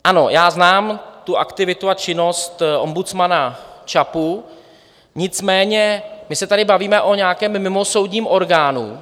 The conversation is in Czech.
Ano, já znám aktivitu a činnost ombudsmana ČAPu, nicméně my se tady bavíme o nějakém mimosoudním orgánu.